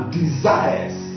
desires